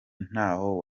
ntaho